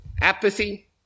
Apathy